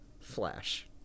Flash